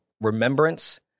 Remembrance